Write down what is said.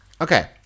Okay